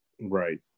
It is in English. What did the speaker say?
right